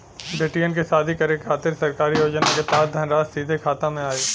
बेटियन के शादी करे के खातिर सरकारी योजना के तहत धनराशि सीधे खाता मे आई?